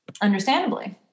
Understandably